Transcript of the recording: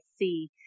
see